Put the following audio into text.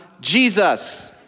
Jesus